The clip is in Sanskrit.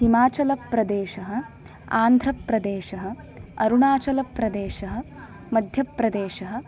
हिमाचलप्रदेशः आन्ध्रप्रदेशः अरुणाचलप्रदेशः मध्यप्रदेशः